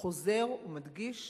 חוזר ומדגיש